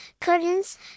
curtains